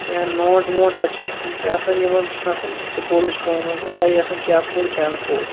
یا نوٹ ووٹ پَتہٕ چھِ تِم تہِ آسان یِمَن یہِ چھُ آسان سکوٗلٕچ کٲم وٲم یہِ چھَنہٕ پَیی آسان کیٛاہ پوٚر کیٛاہ نہَ پوٚر